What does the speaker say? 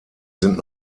sind